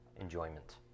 enjoyment